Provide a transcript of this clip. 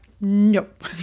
nope